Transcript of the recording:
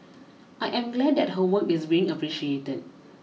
I am glad that her work is being appreciated